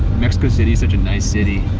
mexico city is such a nice city.